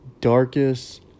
darkest